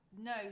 no